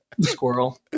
Squirrel